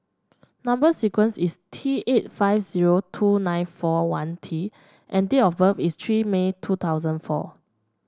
number sequence is T eight five zero two nine four one T and date of birth is three May two thousand four